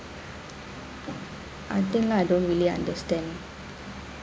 until now I don't really understand